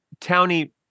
townie